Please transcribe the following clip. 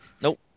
Nope